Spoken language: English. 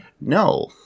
no